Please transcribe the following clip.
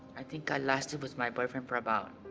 i think i lasted with my boyfriend for about